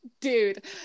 dude